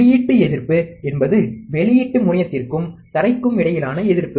வெளியீட்டு எதிர்ப்பு என்பது வெளியீட்டு முனையத்திற்கும் தரைக்கும் இடையிலான எதிர்ப்பு